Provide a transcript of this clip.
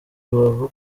rubavu